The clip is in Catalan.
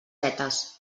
vetes